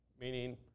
meaning